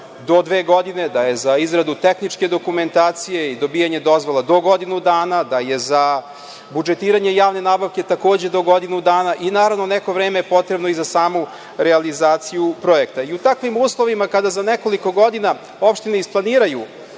do dve godine, da je za izradu tehničke dokumentacije i dobijanje dozvola do godinu dana, da je za budžetiranje javne nabavke takođe do godinu dana. Naravno, neko vreme je potrebno i za samu realizaciju projekta. U takvim uslovima, kada za nekoliko godina opštine isplaniraju